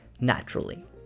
naturally